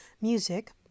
Music